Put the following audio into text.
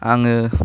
आङो